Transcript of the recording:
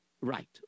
Right